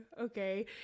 okay